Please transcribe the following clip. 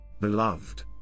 Beloved